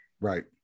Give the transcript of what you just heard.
right